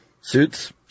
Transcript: suits